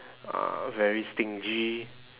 uh very stingy